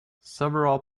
several